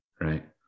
right